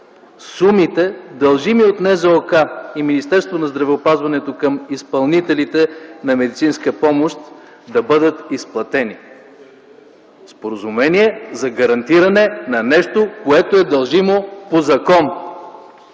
сумите, дължими от НЗОК и Министерството на здравеопазването към изпълнителите на медицинска помощ, да бъдат изплатени. Споразумение за гарантиране на нещо, което е дължимо по закон!